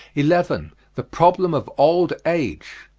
eleven. the problem of old age.